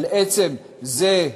אבל עצם זה,